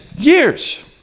years